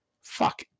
fuck